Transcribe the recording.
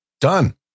done